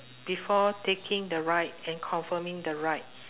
before taking the ride and confirming the ride